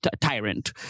tyrant